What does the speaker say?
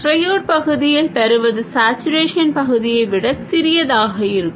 triode பகுதியில் பெறுவது saturation பகுதியை விட சிறியதாக இருக்கும்